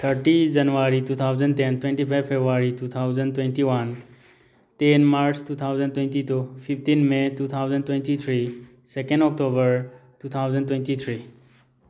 thirty January two thousand ten twenty five February two thousand twenty one ten March two thousand twenty two fifteen may two thousand twenty three second October two thousand twenty three